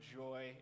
joy